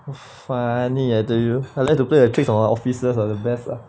funny I tell you I like to play a trick on my officers are the best lah